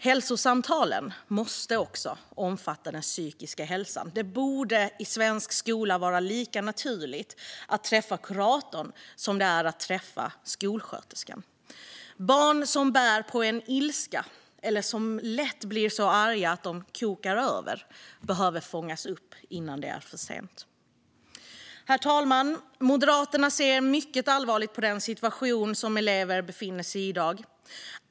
Hälsosamtalen måste också omfatta den psykiska hälsan. Det borde i svensk skola vara lika naturligt att träffa kuratorn som att träffa skolsköterskan. Barn som bär på en ilska eller som lätt blir så arga att de kokar över behöver fångas upp innan det är för sent. Herr talman! Moderaterna ser mycket allvarligt på den situation elever i dag befinner sig i.